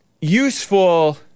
useful